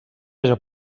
haja